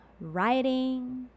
writing